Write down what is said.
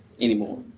anymore